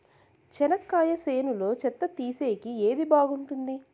చెనక్కాయ చేనులో చెత్త తీసేకి ఏది బాగుంటుంది?